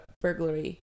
burglary